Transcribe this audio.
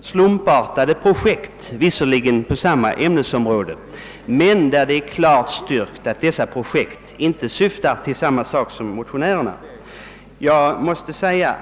slumpartade projekt — visserligen inom samma ämnesområde — men beträffande vilka det kan anses klart styrkt att de inte syftar till de resultat vi motionärer vill uppnå.